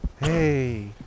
Hey